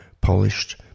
Polished